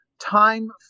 time